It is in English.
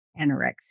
anorexia